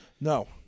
No